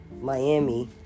Miami